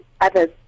others